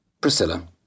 Priscilla